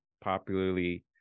popularly